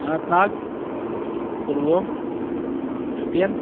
Anant Nag Pulwama Shopian